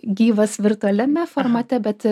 gyvas virtualiame formate bet